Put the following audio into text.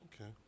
Okay